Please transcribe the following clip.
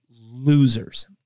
losers